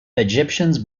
egyptians